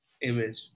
image